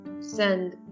send